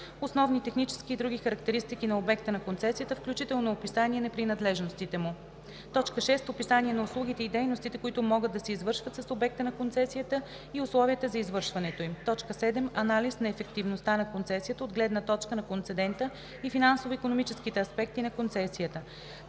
основни технически и други характеристики на обекта на концесията, включително описание на принадлежностите му; 6. описание на услугите и дейностите, които могат да се извършват с обекта на концесията и условията за извършването им; 7. анализ на ефективността на концесията от гледна точка на концедента и финансово-икономическите аспекти на консецията;